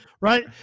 right